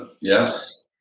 Yes